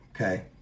okay